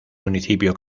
municipio